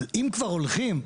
אבל אם כבר הולכים,